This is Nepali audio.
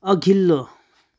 अघिल्लो